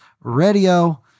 Radio